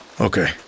Okay